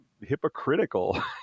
hypocritical